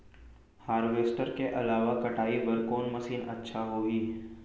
Harvester के अलावा कटाई बर कोन मशीन अच्छा होही?